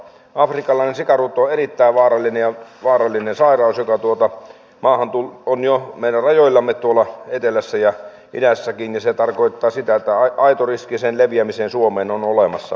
afrikkalainen sikarutto on erittäin vaarallinen sairaus joka on jo meidän rajoillamme tuolla etelässä ja idässäkin ja se tarkoittaa sitä että aito riski sen leviämiseen suomeen on olemassa